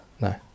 No